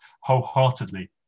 wholeheartedly